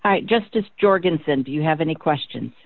justice jorgensen do you have any questions